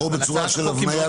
או בצורה של הבניית תהליך.